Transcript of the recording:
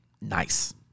Nice